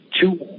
two